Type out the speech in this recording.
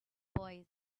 boy